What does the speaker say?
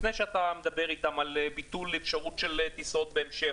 לפני שאתה מדבר אתם על ביטול אפשרות של טיסות בהמשך.